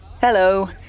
hello